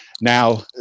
Now